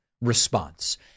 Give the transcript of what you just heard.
response